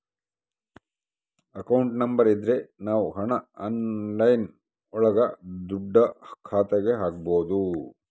account number ಇದ್ರ ನಾವ್ ಹಣ ಆನ್ಲೈನ್ ಒಳಗ ದುಡ್ಡ ಖಾತೆಗೆ ಹಕ್ಬೋದು